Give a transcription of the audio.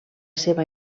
seva